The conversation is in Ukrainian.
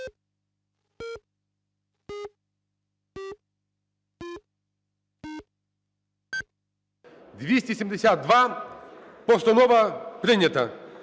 За-272 Постанова прийнята.